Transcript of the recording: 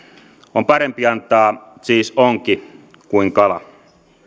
on parempi antaa siis onki kuin kala